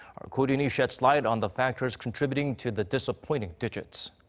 our ko roon-hee sheds light on the factors contributing to the disappointing digits.